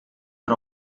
are